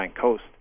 Coast